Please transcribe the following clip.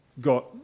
got